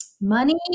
money